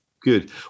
Good